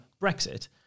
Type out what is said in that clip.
Brexit